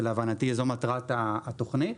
שלהבנתי זו מטרת התוכנית.